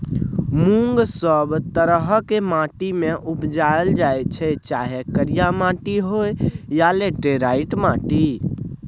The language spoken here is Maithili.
मुँग सब तरहक माटि मे उपजाएल जाइ छै चाहे करिया माटि होइ या लेटेराइट माटि